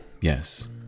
yes